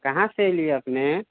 कहाँसँ अइली हँ अपने